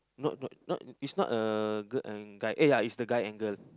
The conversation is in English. no no no it's not a girl and guy eh ya is a guy and girl